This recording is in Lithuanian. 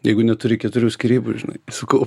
jeigu neturi keturių skyrybų žinai sakau